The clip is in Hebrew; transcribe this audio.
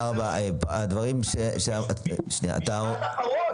אני מצטט את דברי פרופ' נחמן אש ממסמך